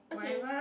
okay